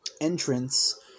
entrance